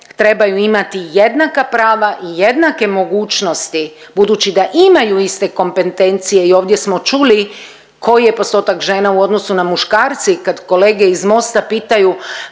trebaju imati jednaka prava i jednake mogućnosti, budući da imaju iste kompetencije i ovdje smo čuli koji je postotak žena u odnosu na muškarac. I kad kolege iz Mosta pitaju